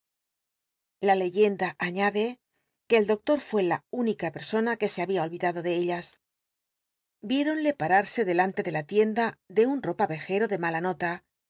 la leyenda aiíade que el doctor fué la única persona que se había olyídado de ellas viétonle parat se delante ele la tienda de un opayejet'o de mala nota que